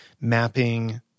mapping